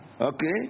Okay